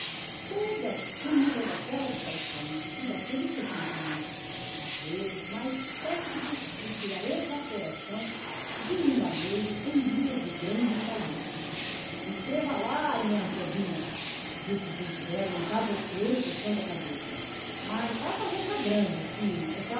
toda a súmula daquelas paixões e daqueles ressentimentos às vezes mais fétidos do que a evaporação de um lameiro em dias de grande calor escreva lá nhã pombinha disse junto dela um cavouqueiro coçando a cabeça mas faça letra grande que